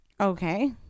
Okay